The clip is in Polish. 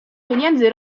pieniędzy